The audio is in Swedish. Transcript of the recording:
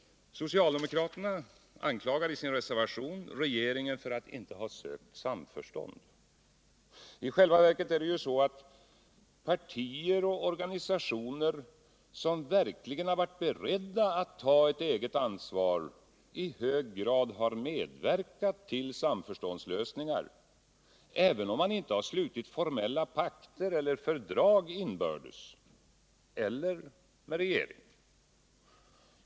Socialdemokraterna anklagar i sin reservation regeringen för att inte ha sökt samförstånd. I själva verket är det ju så att partier och organisationer som verkligen har varit beredda att ta ett eget ansvar i hög grad har medverkat till samförståndslösningar, även om man inte slutit formella pakter eller fördrag inbördes eller med regeringen.